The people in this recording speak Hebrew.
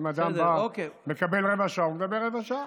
אם אדם בא, מקבל רבע שעה, הוא מדבר רבע שעה.